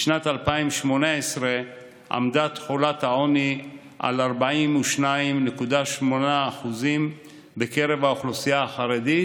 בשנת 2018 עמדה תחולת העוני על 42.8% בקרב האוכלוסייה החרדית